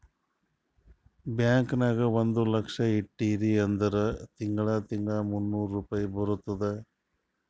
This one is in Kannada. ಬ್ಯಾಂಕ್ ನಾಗ್ ಒಂದ್ ಲಕ್ಷ ಇಟ್ಟಿರಿ ಅಂದುರ್ ತಿಂಗಳಾ ತಿಂಗಳಾ ಮೂನ್ನೂರ್ ರುಪಾಯಿ ಬರ್ತುದ್